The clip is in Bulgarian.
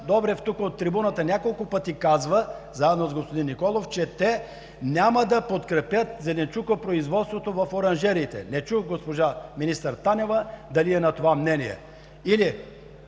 Добрев тук от трибуната няколко пъти казва, заедно с господин Николов, че те няма да подкрепят зеленчукопроизводството в оранжериите. Не чух госпожа министър Танева дали е на това мнение?